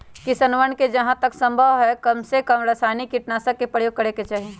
किसनवन के जहां तक संभव हो कमसेकम रसायनिक कीटनाशी के प्रयोग करे के चाहि